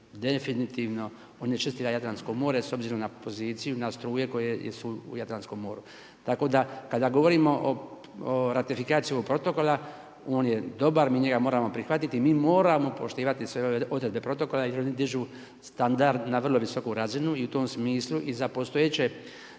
definitivno onečistila Jadransko more s obzirom na poziciju, na struje koje su u Jadranskom moru. Tako da kada govorimo o ratifikaciji ovog Protokola, on je dobar, mi njega moramo prihvatiti i mi moramo poštivati sve ove odredbe protokola jer one dižu standard na vrlo visoku razinu. I u tom smislu i za postojeću